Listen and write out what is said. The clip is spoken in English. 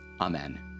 Amen